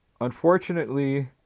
Unfortunately